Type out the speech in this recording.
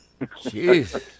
Jeez